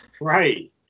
Right